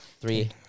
Three